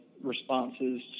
responses